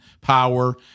power